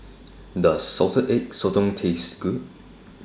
Does Salted Egg Sotong Taste Good